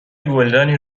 گلدانی